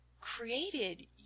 created